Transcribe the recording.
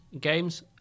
games